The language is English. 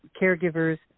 caregivers